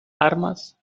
armas